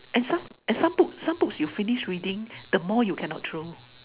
and some and some books some books you finish reading the more you cannot throw